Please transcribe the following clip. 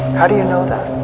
how do you know that?